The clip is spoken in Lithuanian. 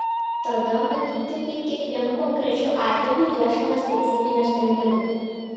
tada matyti kaip kiekvienu konkrečiu atveju ieškoma specifinio sprendimo